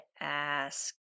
ask